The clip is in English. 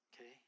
okay